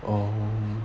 mm